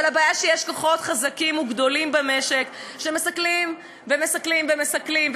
אבל הבעיה היא שיש כוחות חזקים וגדולים במשק שמסכלים ומסכלים ומסכלים.